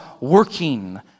working